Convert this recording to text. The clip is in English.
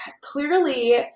clearly